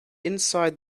inside